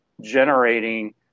generating